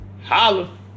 Holla